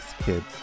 kids